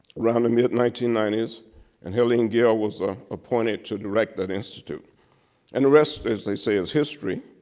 around the mid nineteen ninety s and helene gayle was ah appointed to direct that institute and the rest as they say is history.